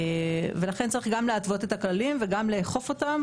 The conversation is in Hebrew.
לכן צריך גם להתוות את הכללים וגם לאכוף אותם